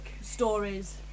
stories